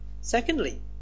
secondly